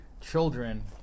children